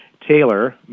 Taylor